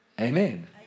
Amen